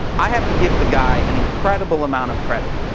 i have to give the guy an incredible amount of credit.